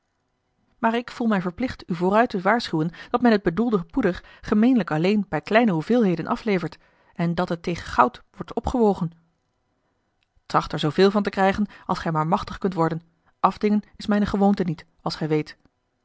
maar ik voel mij verplicht u vooruit te waarschuwen dat men het bedoelde poeder gemeenlijk alleen bij kleine hoeveelheden aflevert en dat het tegen goud wordt opgewogen tracht er zooveel van te krijgen als gij maar machtig kunt worden afdingen is mijne gewoonte niet als gij weet